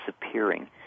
disappearing